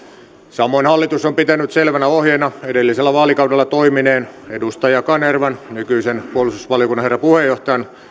samoin hallitus on pitänyt selvänä ohjeena edellisellä vaalikaudella toimineen edustaja kanervan nykyisen puolustusvaliokunnan herra puheenjohtajan